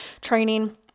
training